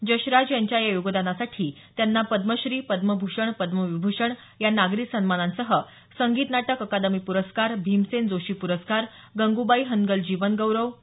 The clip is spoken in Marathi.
जसराज यांच्या या योगदानासाठी त्यांना पद्मश्री पद्मभूषण पद्मविभूषण या नागरी सन्मानांसह संगीत नाटक अकादमी पुरस्कार भीमसेन जोशी पुरस्कार गंगुबाई हनगल जीवनगौरव पु